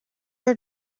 are